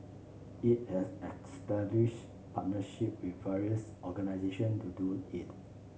it has established partnership with various organisation to do it